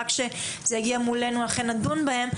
רק כשזה יגיע אלינו נדון בהם.